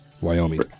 Wyoming